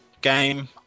game